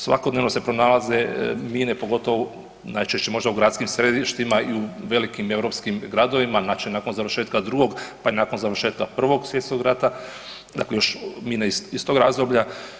Svakodnevno se pronalaze mine pogotovo najčešće možda u gradskim središtima i u velikim europskim gradovima, znači nakon završetka drugog pa i nakon završetka Prvog svjetskog rata, dakle još mine iz tog razdoblja.